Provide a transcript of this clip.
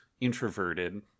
introverted